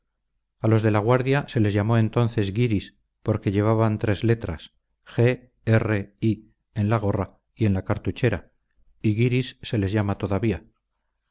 a los de la guardia se les llamó entonces guiris porque llevaban tres letras g r i en la gorra y en la cartuchera y guiris se les llama todavía